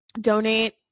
donate